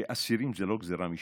שאסירים הם לא גזרה משמיים.